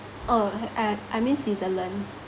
oh uh I I mean switzerland